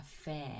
affair